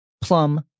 plum